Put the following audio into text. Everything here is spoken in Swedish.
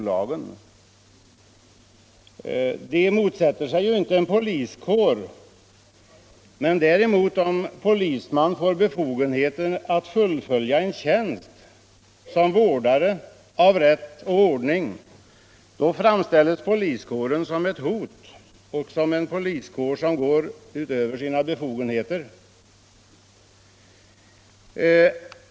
Man motsätter sig ju inte en poliskår — men om polisman får befogenheter att fullfölja en tjänst som vårdare av rätt och ordning, då framställer man poliskåren som ett hot. då talar man om att den går utöver sina befogenheter.